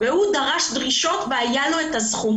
והוא דרש דרישות והייתה לו את הזכות.